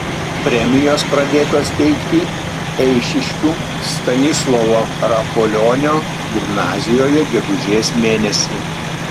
premijos pradėtos teikti eišiškių stanislovo rapolionio gimnazijoje gegužės mėnesį